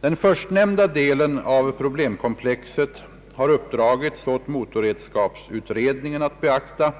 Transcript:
Den förstnämnda delen av problemkomplexet har uppdragits åt motorredskapsutredningen att beakta,